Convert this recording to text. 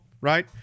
right